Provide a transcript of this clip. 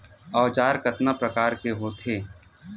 औजार कतना प्रकार के होथे?